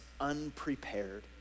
unprepared